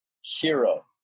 Hero